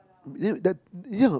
you know that yeah